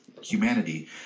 humanity